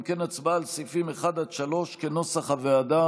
אם כן, הצבעה על סעיפים 1 3, כנוסח הוועדה.